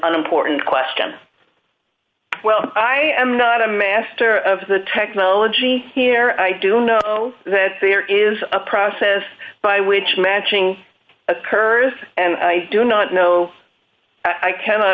important question well i am not a master of the technology here i do know that there is a process by which matching occurs and i do not know i cannot